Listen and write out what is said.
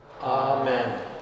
Amen